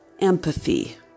empathy